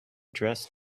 dress